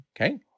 okay